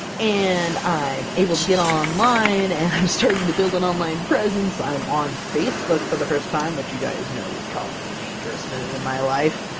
and i'm able to get online, and i'm starting to build an online presence. i'm on facebook for the first time, which you guys know was probably a dangerous move in my life,